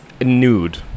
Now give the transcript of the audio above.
nude